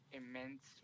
immense